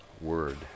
Word